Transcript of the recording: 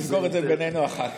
אנחנו נסגור את זה בינינו אחר כך.